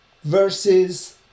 versus